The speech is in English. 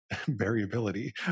variability